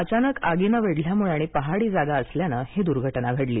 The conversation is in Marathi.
अचानक आगीनं वेढल्यामुळे आणि पहाडी जागा असल्याने ही दुर्घटना घडली